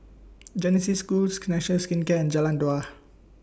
Genesis Schools connection Skin Jalan Dua